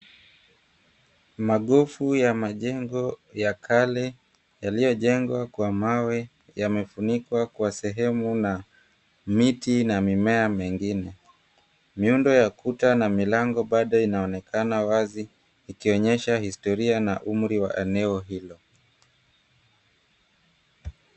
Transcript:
Magofu ya majengo ya kale yaliyojengwa kwa mawe, yamefunikwa kwa sehemu na miti na mimea mingine. Miundo ya kuta na milango bado inaonekana wazi, ikionyesha historia na umri wa eneo hilo.